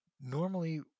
normally